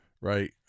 right